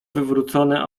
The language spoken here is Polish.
wywrócone